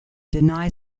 deny